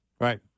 Right